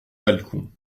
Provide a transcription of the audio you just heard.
balcon